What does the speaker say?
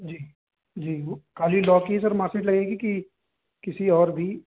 जी जी वो खाली लॉ की ही सर मार्कशीट लगेगी कि किसी और भी